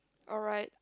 alright